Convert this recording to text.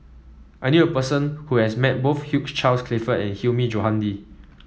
I knew a person who has met both Hugh Charles Clifford and Hilmi Johandi